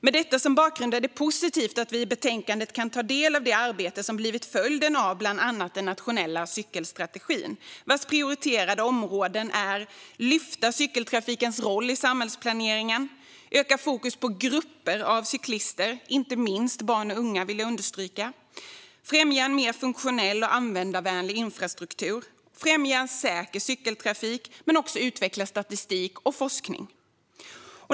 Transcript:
Med detta som bakgrund är det positivt att vi i betänkandet kan ta del av det arbete som blivit följden av bland annat den nationella cykelstrategin, vars prioriterade områden är att lyfta cykeltrafikens roll i samhällsplaneringen öka fokus på grupper av cyklister - inte minst barn och unga främja en mer funktionell och användarvänlig infrastruktur främja en säker cykeltrafik utveckla statistik och forskning.